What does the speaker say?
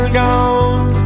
gone